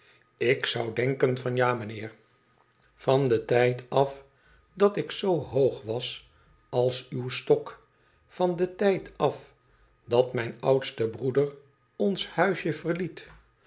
ik zou denken van ja meneer van den tijd af dat ik zoo hoo was als uw stok van den tijd af dat mijn oudste broeder ons huisje verhet